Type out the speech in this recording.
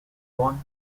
born